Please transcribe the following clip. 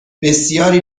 بسیاری